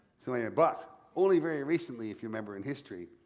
so anyway, but only very recently if you remember in history,